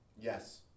Yes